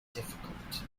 difficult